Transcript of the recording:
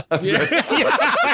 Yes